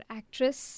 actress